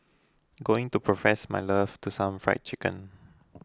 going to profess my love to some Fried Chicken